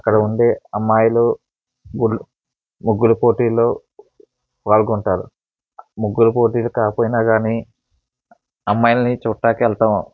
అక్కడ ఉండే అమ్మాయిలు ముగ్గుల పోటీలో పాల్గొంటారు ముగ్గుల పోటీలు కాకపోయినా కానీ అమ్మాయిల్ని చూడడానికి వెళ్తాము